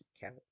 count